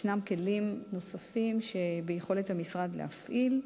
ישנם כלים נוספים שביכולת המשרד להפעיל,